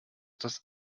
das